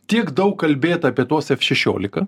tiek daug kalbėta apie tuos f šešiolika